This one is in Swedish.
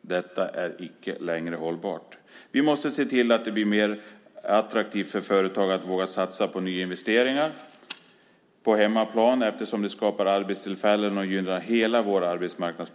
Detta är icke längre hållbart. Vi måste se till att det blir mer attraktivt för företag att våga satsa på nyinvesteringar på hemmaplan eftersom det skapar arbetstillfällen och gynnar hela vår arbetsmarknad.